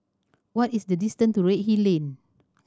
what is the distance to Redhill Lane